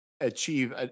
achieve